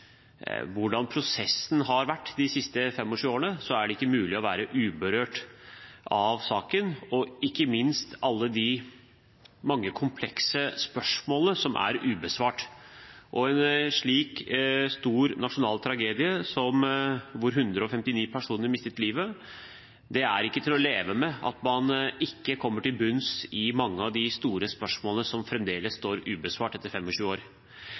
ikke minst av alle de mange komplekse spørsmålene som er ubesvart. Ved en slik stor nasjonal tragedie, hvor 159 personer mistet livet, er det ikke til å leve med at man ikke kommer til bunns i mange av de store spørsmålene som fremdeles står ubesvart etter 25 år.